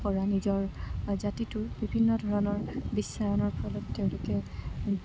পৰা নিজৰ জাতিটোৰ বিভিন্ন ধৰণৰ বিশ্বায়নৰ ফলত তেওঁলোকে